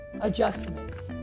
adjustments